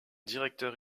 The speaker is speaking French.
directeur